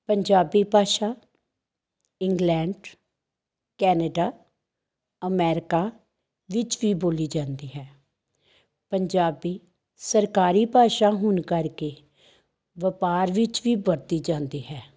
ਪੰਜਾਬੀ ਭਾਸ਼ਾ England Canada America ਵਿਚ ਵੀ ਬੋਲੀ ਜਾਂਦੀ ਹੈ ਪੰਜਾਬੀ ਸਰਕਾਰੀ ਭਾਸ਼ਾ ਹੋਣ ਕਰਕੇ ਵਪਾਰ ਵਿੱਚ ਵੀ ਵਰਤੀ ਜਾਂਦੀ ਹੈ